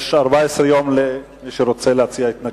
יש 14 יום למי שרוצה להציע התנגדויות.